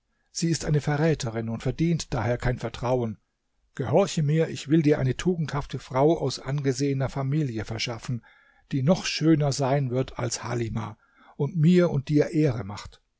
sie ist eine verräterin und verdient daher kein vertrauen gehorche mir ich will dir eine tugendhafte frau aus angesehener familie verschaffen die noch schöner sein wird als halimah und mir und dir ehre macht